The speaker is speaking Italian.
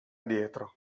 dietro